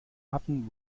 hatten